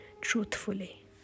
truthfully